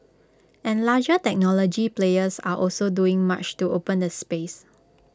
and larger technology players are also doing much to open the space